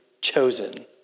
chosen